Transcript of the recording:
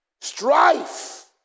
strife